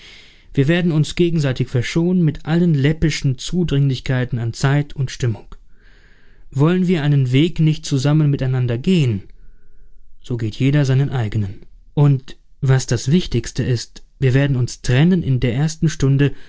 wir werden uns gegenseitig verschonen mit allen läppischen zudringlichkeiten an zeit und stimmung wollen wir einen weg nicht zusammen miteinander gehen so geht jeder seinen eigenen und was das wichtigste ist wir werden uns trennen in der ersten stunde